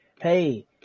hey